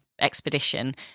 expedition